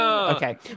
okay